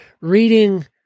reading